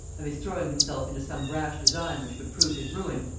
of his throwing himself into some rash design which would prove his ruin,